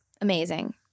amazing